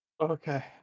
Okay